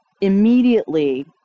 immediately